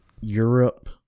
Europe